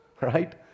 right